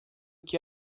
que